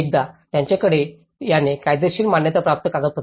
एकदा त्यांच्याकडे याची कायदेशीर मान्यता प्राप्त कागदपत्र आहे